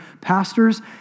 pastors